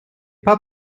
pas